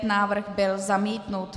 Návrh byl zamítnut.